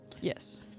Yes